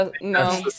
no